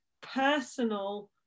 personal